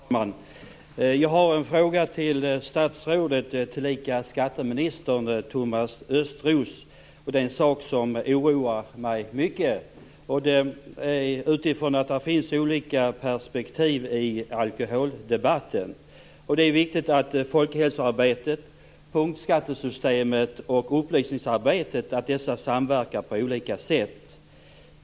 Fru talman! Jag har en fråga till statsrådet tillika skatteministern Thomas Östros. Det är en sak som oroar mig mycket. Det finns olika perspektiv i alkoholdebatten. Det är viktigt att folkhälsoarbetet, punktskattesystemet och upplysningsarbetet samverkar på olika sätt.